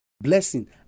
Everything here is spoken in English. blessing